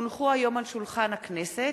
כי הונחו היום על שולחן הכנסת,